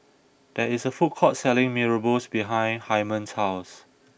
there is a food court selling Mee Rebus behind Hyman's house